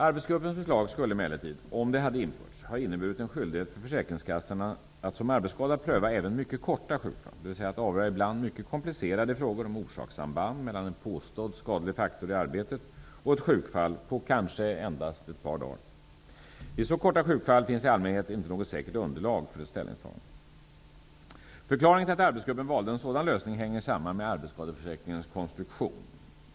Arbetsgruppens förslag skulle emellertid -- om det hade införts -- ha inneburit en skyldighet för försäkringskassorna att som arbetsskada pröva även mycket korta sjukfall, dvs. att avgöra ibland mycket komplicerade frågor om orsakssamband mellan en påstådd skadlig faktor i arbetet och ett sjukfall på kanske endast ett par dagar. Vid så korta sjukfall finns i allmänhet inte något säkert underlag för ett ställningstagande. Förklaringen till att arbetsgruppen valde en sådan lösning hänger samman med arbetsskadeförsäkringens konstruktion.